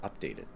Updated